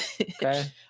Okay